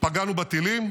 פגענו בטילים,